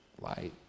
light